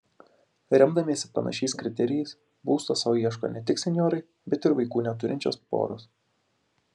remdamiesi panašiais kriterijais būsto sau ieško ne tik senjorai bet ir vaikų neturinčios poros